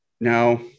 Now